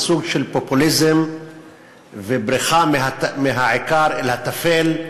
סוג של פופוליזם ובריחה מהעיקר אל הטפל.